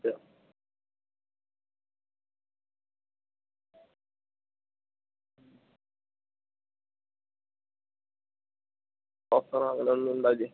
അതെയോ ഓഫറോ അങ്ങനെ ഒന്നും ഉണ്ടാവില്ലേ